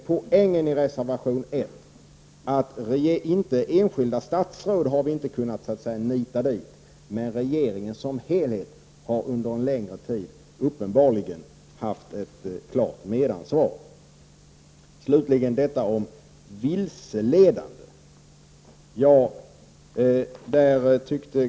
Poängen i reservation 1 är att vi inte har kunnat nita dit enskilda statsråd. Regeringen har under en längre tid uppenbarligen haft ett klart medansvar. Så till frågan om vilseledande uppgifter, som det har talats om.